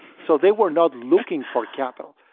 so they were not looking for capital,